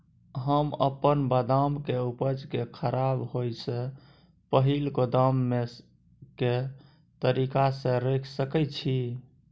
हम अपन बदाम के उपज के खराब होय से पहिल गोदाम में के तरीका से रैख सके छी?